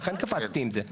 לכן קפצתי עם זה.